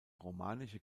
romanische